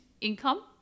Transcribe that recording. income